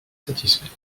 satisfait